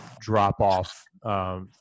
drop-off